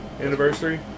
anniversary